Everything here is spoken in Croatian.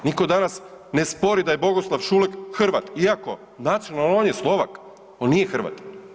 Nitko danas ne spori da je Bogoslav Šulek Hrvat, iako nacionalno, on je Slovak, on nije Hrvat.